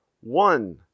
one